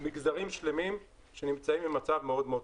מגזרים שלמים שנמצאים במצב מאוד קשה.